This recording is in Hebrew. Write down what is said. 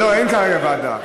אין כרגע ועדה.